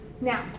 Now